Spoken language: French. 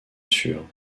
sûre